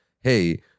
hey